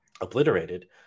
obliterated